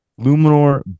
Luminor